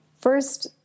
first